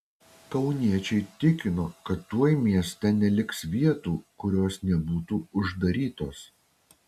kauniečiai tikino kad tuoj mieste neliks vietų kurios nebūtų uždarytos